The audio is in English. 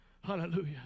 Hallelujah